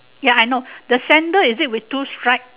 ya I know the sandal is it with two stripe